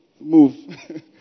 move